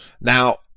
Now